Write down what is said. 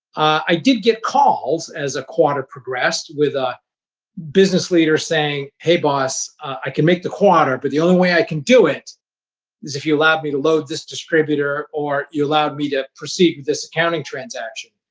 i did get calls as the quarter progressed with a business leader saying, hey, boss. i can make the quarter. but the only way i can do it is if you allow me to load this distributor or you allow me to proceed with this accounting transaction.